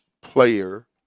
player